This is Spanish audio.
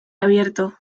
abierto